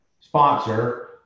sponsor